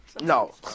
No